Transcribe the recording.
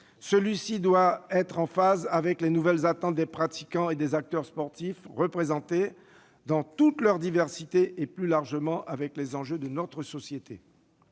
Celui-ci doit être en phase avec les nouvelles attentes des pratiquants et des acteurs sportifs représentés dans toute leur diversité et, plus largement, avec les enjeux de notre société.